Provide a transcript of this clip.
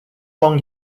long